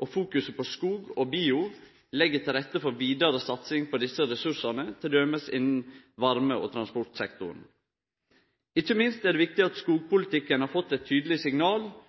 og fokuset på skog og bioenergi legg til rette for vidare satsing på desse ressursane t.d. innan varme- og transportsektoren. Ikkje minst er det viktig at skogpolitikken har fått eit tydeleg signal